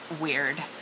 weird